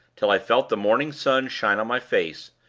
till i felt the morning sun shine on my face,